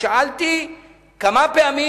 שאלתי כמה פעמים,